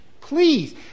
Please